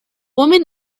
woman